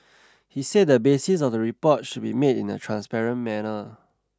he said the basis of the report should be made in a transparent manner